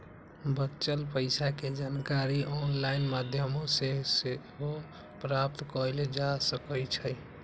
बच्चल पइसा के जानकारी ऑनलाइन माध्यमों से सेहो प्राप्त कएल जा सकैछइ